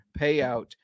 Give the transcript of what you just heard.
payout